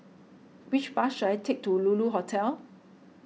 which bus should I take to Lulu Hotel